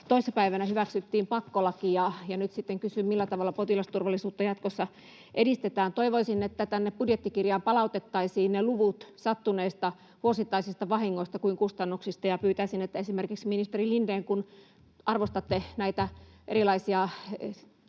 Toissa päivänä hyväksyttiin pakkolaki, ja nyt sitten kysyn, millä tavalla potilasturvallisuutta jatkossa edistetään. Toivoisin, että tänne budjettikirjaan palautettaisiin ne luvut niin sattuneista vuosittaisista vahingoista kuin kustannuksista, ja pyytäisin esimerkiksi ministeri Lindéniltä, kun arvostatte näitä erilaisia